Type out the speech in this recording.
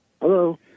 Hello